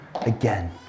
again